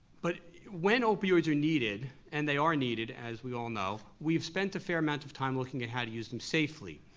but when opioids are needed, and they are needed as we all know, we've spent a fair amount of time looking at how to use them safely.